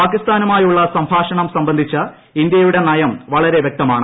പാകിസ്ഥാനുമായുള്ള സംഭാഷണം സംബന്ധിച്ച് ഇന്ത്യയുടെ നയം വളരെ വൃക്തമാണ്